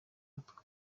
abatwara